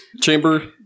chamber